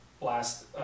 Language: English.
last